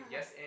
Yes